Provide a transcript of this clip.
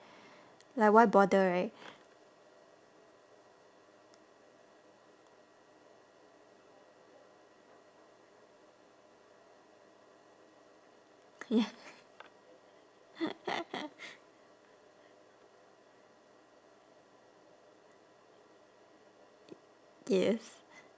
like why bother right